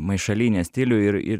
maišalynė stilių ir ir